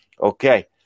Okay